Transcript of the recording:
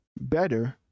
better